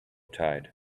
tide